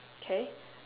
K